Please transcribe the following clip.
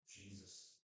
Jesus